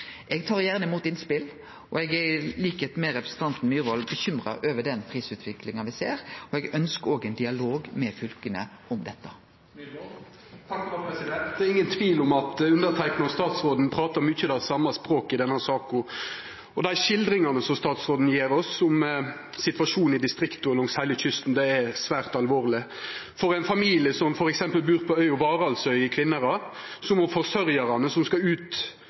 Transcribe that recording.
Eg tar gjerne imot innspel. Eg er, til liks med representanten Myrvold, bekymra over den prisutviklinga me ser, og eg ønskjer òg ein dialog med fylka om dette. Det er ingen tvil om at underteikna og statsråden pratar mykje det same språket i denne saka, og dei skildringane som stataråden gjev oss om situasjonen i distrikta langs heile kysten, er svært alvorlege. I ein familie som bur på øya Varaldsøy i Kvinnherad, f.eks., må forsørgjarane som skal på jobb, ut